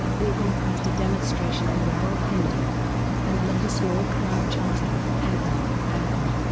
organized a demonstration in rawalpindi and led a small crowd chanting, hang her, hang her.